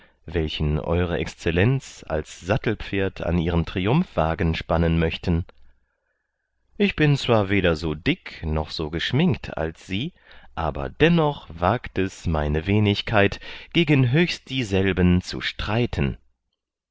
welchen eure exzellenz als sattelpferd an ihren triumphwagen spannen möchten ich bin zwar weder so dick noch so geschminkt als sie aber dennoch wagt es meine wenigkeit gegen höchstdieselben zu streiten